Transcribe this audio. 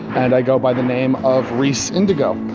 and i go by the name of rhys indigo.